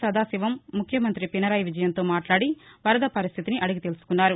సదాశివం ముఖ్యమంత్రి పినరయ్ విజయన్తో మాట్లాది వరద పరిస్దితిని అడిగి తెలుసుకున్నారు